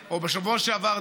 או בשבוע שעבר,